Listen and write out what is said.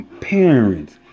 parents